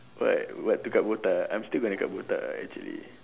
what what to cut botak I'm still gonna cut botak ah actually